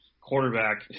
quarterback